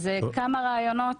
אז אלה כמה רעיונות,